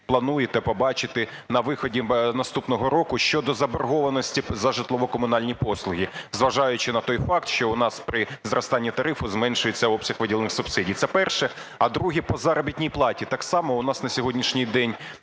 плануєте побачити на виході наступного року щодо заборгованості за житлово-комунальні послуги, зважаючи на той факт, що у нас при зростанні тарифу зменшується обсяг виділених субсидій. Це перше. А друге, по заробітній платі. Так само у нас на сьогоднішній день